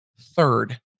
third